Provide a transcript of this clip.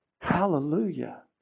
Hallelujah